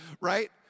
right